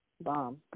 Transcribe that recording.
bomb